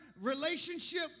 relationship